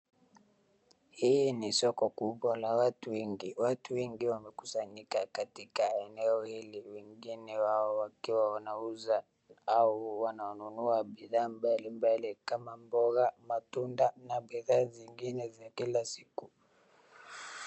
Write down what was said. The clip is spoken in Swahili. Hii ni soko kubwa la watu wengi. Watu wengi wamekusanyika katika eneo hili, wengine wao wakiwa wanauza au wananunua bidhaa mbalimbali kama mboga, matunda na bidhaa zingine za kila siku.